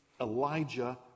Elijah